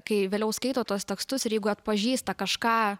kai vėliau skaito tuos tekstus ir jeigu atpažįsta kažką